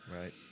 Right